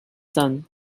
done